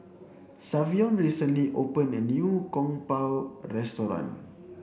Savion recently opened a new Kung Po restaurant